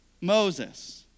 Moses